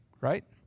Right